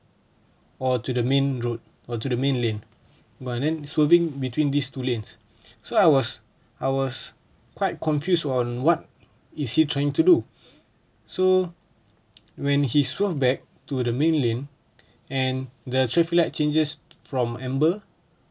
or to the main road or to the main lane but then swerving between these two lanes so I was I was quite confused on what is he trying to do so when he swerved back to the main lane and the traffic light changes from amber